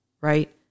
right